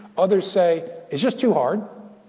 others say, it's just too hard.